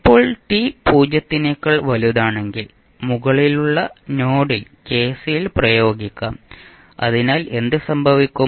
ഇപ്പോൾ t 0 നേക്കാൾ വലുതാണെങ്കിൽ മുകളിലുള്ള നോഡിൽ KCL പ്രയോഗിക്കാം അതിനാൽ എന്ത് സംഭവിക്കും